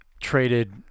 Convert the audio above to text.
traded –